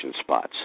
spots